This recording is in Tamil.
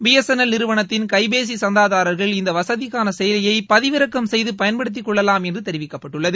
பிஎஸ்என்எல் நிறுவனத்தின் கைபேசி சந்தாதாரர்கள் இந்த வசதிக்கான செயலியை பதவிறக்கம் செய்து பயன்படுத்திக்கொள்ளலாம் என்று தெரிவிக்கப்பட்டுள்ளது